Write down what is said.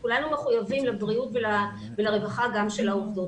כולנו מחויבים לבריאות ולרווחה גם של העובדות.